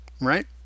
right